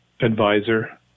advisor